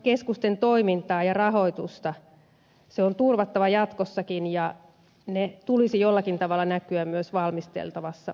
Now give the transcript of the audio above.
yliopistokeskusten toiminta ja rahoitus on turvattava jatkossakin ja niiden tulisi jollakin tavalla näkyä myös valmisteltavassa yliopistolaissa